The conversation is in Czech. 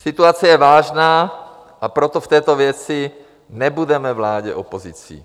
Situace je vážná, a proto v této věci nebudeme vládě opozicí.